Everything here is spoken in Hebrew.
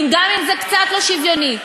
אם גם זה קצת לא שוויוני,